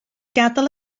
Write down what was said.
gadael